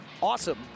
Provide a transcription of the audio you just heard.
awesome